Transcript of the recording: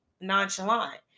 nonchalant